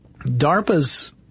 DARPA's